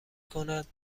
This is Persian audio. کند